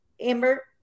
Amber